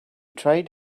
tried